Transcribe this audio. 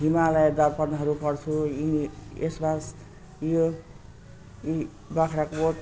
हिमालय दर्पणहरू पढ्छु यी यसमा यो यी बाग्रागोट